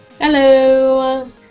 Hello